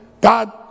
God